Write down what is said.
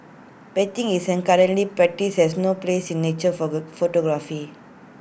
baiting as IT is currently practised has no place in nature photography